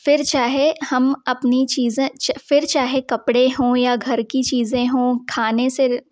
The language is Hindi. फिर चाहे हम अपनी चीज़ें फिर चाहे कपड़े हो या घर की चीज़ें हो खाने से